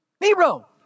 Nero